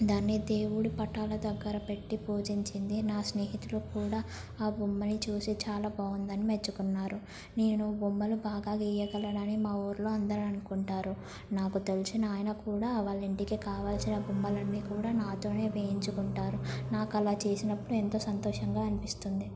దాన్ని దేవుడి పఠాల దగ్గర పెట్టి పూజించింది నా స్నేహితులు కూడా ఆ బొమ్మని చూసి చాలా బాగుందని మెచ్చుకున్నారు నేను బొమ్మలు బాగా వేయగలనని మా ఊర్లో అందరనుకుంటారు నాకు తెలిసిన ఆయన కూడా వాళ్ళ ఇంటికి కావాల్సిన బొమ్మలన్నీ కూడా నాతోనే వేయించుకుంటారు నాకు అలా చేసినప్పుడు ఎంతో సంతోషంగా అనిపిస్తుంది